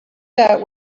that